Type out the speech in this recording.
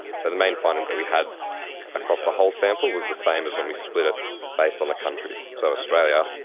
so the main findings that we had across the whole sample was the same as when we split it based on the countries. so australia,